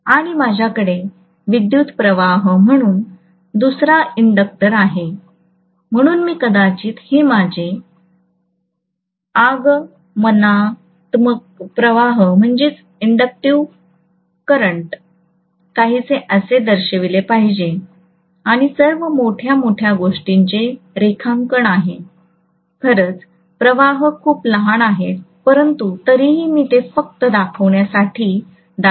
आणि माझ्याकडे विद्युत्प्रवाह म्हणून दुसरा इन्डक्टर असणार आहे म्हणून मी कदाचित हे माझे आगमनात्मक प्रवाह काहीसे असे दर्शविले पाहिजे आणि सर्व मोठ्या मोठ्या गोष्टीचे रेखांकन आहे खरंच प्रवाह खूप लहान आहेत परंतु तरीही मी ते फक्त दाखविण्यासाठी दाखवित आहे